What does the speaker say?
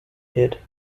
hid